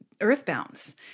earthbounds